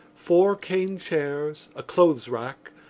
four cane chairs, a clothes-rack,